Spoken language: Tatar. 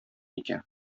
икән